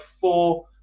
four